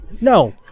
no